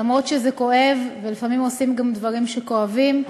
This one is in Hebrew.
אף שזה כואב, ולפעמים עושים גם דברים שכואבים,